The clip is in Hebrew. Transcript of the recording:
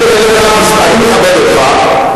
אני מכבד אותך.